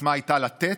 והסיסמה הייתה: לתת,